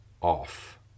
off